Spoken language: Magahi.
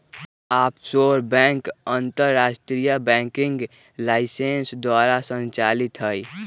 आफशोर बैंक अंतरराष्ट्रीय बैंकिंग लाइसेंस द्वारा संचालित हइ